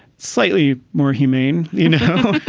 slightly more humane you know,